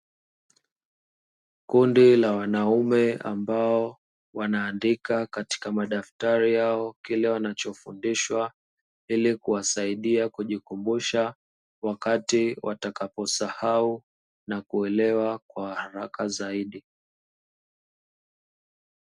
Kundi la wanaume ambao wanaandika katika madaftari yao kile wanachofundishwa, ili kuwasaidia kujikumbusha wakati watakaposahau na kuelewa kwa haraka zaidi.